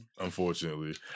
unfortunately